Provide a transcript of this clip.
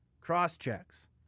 cross-checks